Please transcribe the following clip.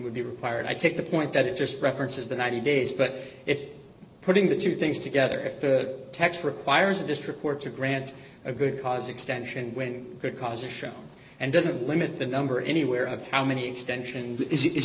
would be required i take the point that it just references the ninety days but if putting the two things together the text requires a district court to grant a good cause extension when good causes show and doesn't limit the number anywhere of how many extensions is